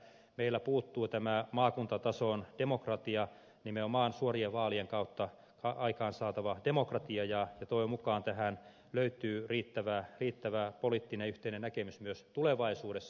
meiltä puuttuu tämä maakuntatason demokratia nimenomaan suorien vaalien kautta aikaansaatava demokratia ja toivon mukaan tähän löytyy riittävä poliittinen yhteinen näkemys myös tulevaisuudessa